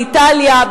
באיטליה,